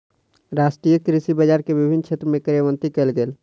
राष्ट्रीय कृषि बजार के विभिन्न क्षेत्र में कार्यान्वित कयल गेल